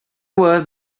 was